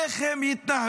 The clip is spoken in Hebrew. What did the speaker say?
איך הם יתנהלו,